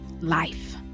life